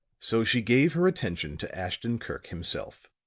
so she gave her attention to ashton-kirk himself.